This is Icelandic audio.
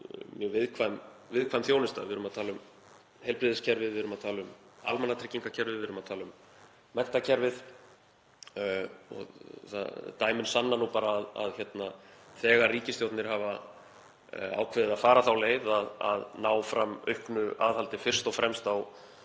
mjög viðkvæm þjónusta. Við erum að tala um heilbrigðiskerfið, við erum að tala um almannatryggingakerfið, við erum að tala um menntakerfið. Dæmin sanna nú bara að þegar ríkisstjórnir hafa ákveðið að fara þá leið að ná fram auknu aðhaldi fyrst og fremst á